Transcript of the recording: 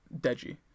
Deji